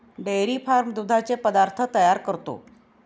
dairy farm दुधाचे पदार्थ तयार करतो